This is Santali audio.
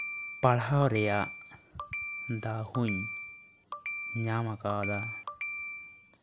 ᱯᱟᱲᱦᱟᱣ ᱨᱮᱭᱟᱜ ᱫᱟᱣ ᱦᱚᱧ ᱧᱟᱢ ᱠᱟᱣᱫᱟ